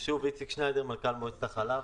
איציק שניידר, מנכ"ל מועצת החלב.